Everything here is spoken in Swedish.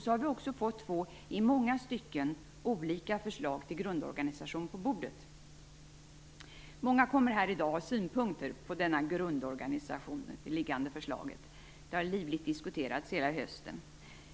Så har vi också fått två i många stycken olika förslag till grundorganisation på bordet. Många kommer här i dag att ha synpunkter på grundorganisationen i det liggande förslaget. Det har livligt diskuterats hela hösten.